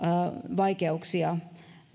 vaikeuksia